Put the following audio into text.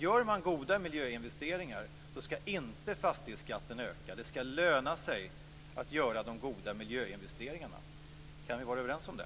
Om goda miljöinvesteringar görs ska fastighetsskatten inte öka. Det ska löna sig att göra de goda miljöinvesteringarna. Kan vi vara överens om det?